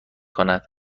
کند